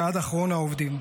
ועד אחרון העובדים.